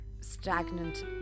stagnant